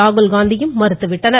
ராகுல்காந்தியும் மறுத்துவிட்டனர்